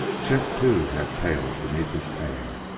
chet, too, had paled beneath his tan.